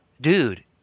dude